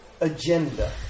agenda